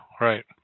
right